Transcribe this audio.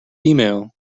email